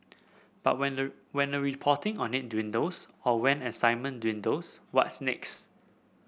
but when the when the reporting on it dwindles or when excitement dwindles what's next